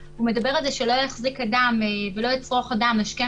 והוא מדבר על זה ש"לא יחזיק אדם ולא יצרוך אדם משקה